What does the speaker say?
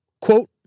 quote